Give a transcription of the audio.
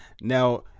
Now